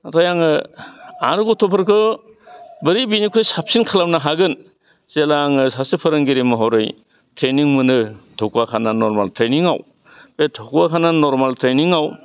नाथाय आङो आरो गथ'फोरखौ बोरै बेनिख्रुइ साबसिन खालामनो हागोन जेला आङो सासे फोरोंगिरि महरै ट्रेनिं मोनो धकुवाकाना नरमाल ट्रेनिङाव बे धकुवाकाना नरमाल ट्रेनिङाव